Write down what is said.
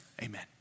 Amen